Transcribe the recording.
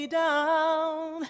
down